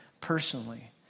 personally